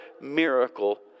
miracle